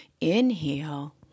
Inhale